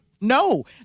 No